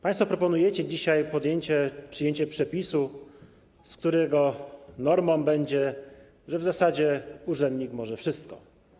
Państwo proponujecie dzisiaj przyjęcie przepisu, w przypadku którego normą będzie, że w zasadzie urzędnik może wszystko.